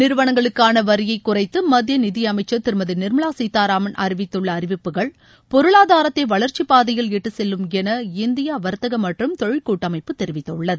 நிறுவனங்களுக்கான வரியை குறைத்து மத்திய நிதி அமைச்சர் திருமதி நிர்மலா சீத்தாராமன் அறிவித்துள்ள அறிவிப்புகள் பொருளாதாரத்தை வளர்ச்சி பாதையில் இட்டுச் செல்லும் என இந்தியா வர்த்தக மற்றும் தொழில் கூட்டமைப்பு தெரிவித்தள்ளது